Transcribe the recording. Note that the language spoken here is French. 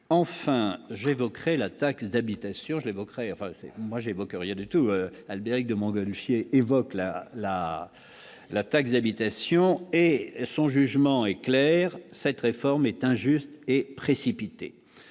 enfin j'évoquerai la taxe d'habitation, j'évoquerai enfin moi j'évoque rien du tout, Albéric de Montgolfier évoque la, la, la taxe d'habitation et son jugement est clair: cette réforme est injuste et précipitée,